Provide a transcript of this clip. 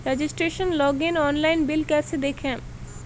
Registration login online bill कैसे देखें?